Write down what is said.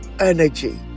energy